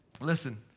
Listen